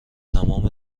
تمام